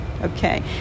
okay